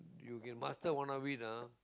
you can master one of it ah